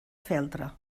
feltre